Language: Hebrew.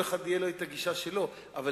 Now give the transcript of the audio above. חברי הממשלה, חברי הכנסת שחברו אליהם